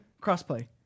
Cross-play